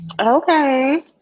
Okay